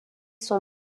sont